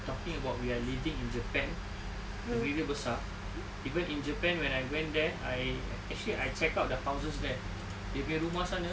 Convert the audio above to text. talking about we are living in japan negeri dia besar even in japan when I went there I actually I checked out the houses there dia punya rumah sana